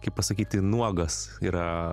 kaip pasakyti nuogas yra